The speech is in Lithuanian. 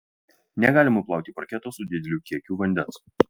negalima plauti parketo su dideliu kiekiu vandens